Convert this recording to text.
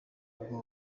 ubwo